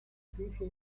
justicia